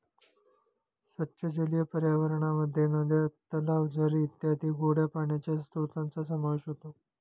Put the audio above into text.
स्वच्छ जलीय पर्यावरणामध्ये नद्या, तलाव, झरे इत्यादी गोड्या पाण्याच्या स्त्रोतांचा समावेश होतो